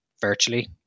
virtually